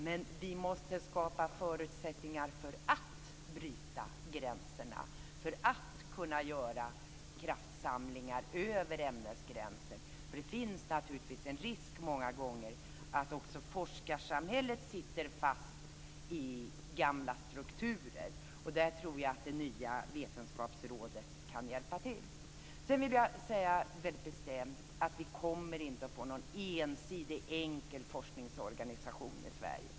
Men vi måste skapa förutsättningar för att bryta gränserna och för att göra kraftsamlingar över ämnesgränser, för det finns naturligtvis en risk många gånger för att också forskarsamhället sitter fast i gamla strukturer. Där tror jag att det nya vetenskapsrådet kan hjälpa till. Sedan vill jag säga väldigt bestämt att vi inte kommer att få någon ensidig, enkel forskningsorganisation i Sverige.